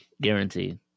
Guaranteed